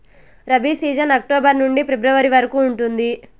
rabi season October నుండి ఫిబ్రవరి వరకు ఉంటుంది